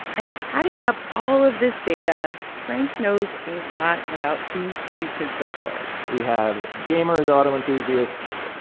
and adding up all of this data, frank knows a lot about who sees his billboards we have gamers, auto enthusiasts,